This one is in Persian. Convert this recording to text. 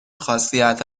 خاصیت